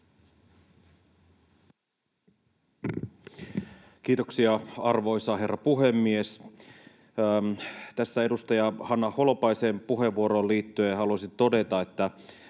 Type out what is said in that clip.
Kiitoksia, arvoisa herra puhemies! Edustaja Hanna Holopaisen puheenvuoroon liittyen haluaisin todeta, että